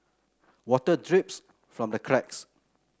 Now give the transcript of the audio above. water drips from the cracks